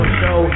show